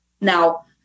Now